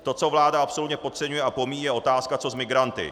To, co vláda absolutně podceňuje a pomíjí, je otázka, co s migranty.